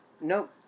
Nope